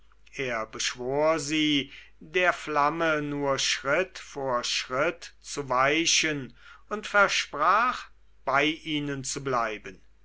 sie der flamme nur schritt vor schritt zu weichen und versprach bei ihnen zu bleiben